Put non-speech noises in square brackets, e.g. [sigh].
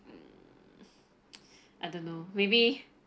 hmm [noise] I don't know maybe